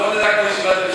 לא נראה כמו ישיבת ממשלה.